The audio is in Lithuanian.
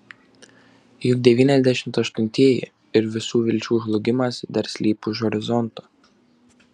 juk devyniasdešimt aštuntieji ir visų vilčių žlugimas dar slypi už horizonto